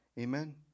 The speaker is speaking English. Amen